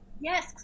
Yes